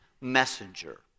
messenger